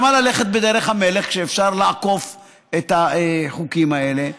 למה ללכת בדרך המלך כשאפשר לעקוף את החוקים האלה?